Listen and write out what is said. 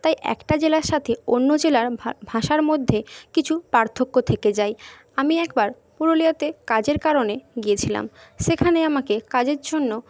তাই একটা জেলার সাথে অন্য জেলার ভাষার মধ্যে কিছু পার্থক্য থেকে যায় আমি একবার পুরুলিয়াতে কাজের কারণে গিয়েছিলাম সেখানে আমাকে কাজের জন্য